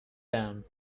down